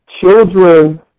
children